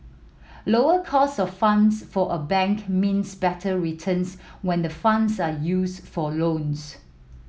lower cost of funds for a bank means better returns when the funds are used for loans